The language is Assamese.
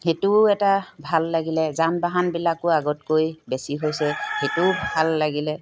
সেইটোও এটা ভাল লাগিলে যান বাহানবিলাকো আগতকৈ বেছি হৈছে সেইটোও ভাল লাগিলে